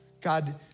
God